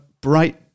bright